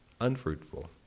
unfruitful